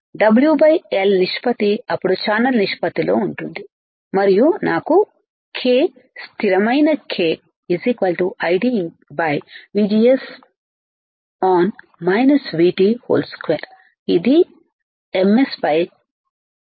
W l నిష్పత్తి అప్పుడు channel నిష్పత్తిలో ఉంటుంది మరియు నాకు k స్థిరమైన k ID 2 ఇది ms v2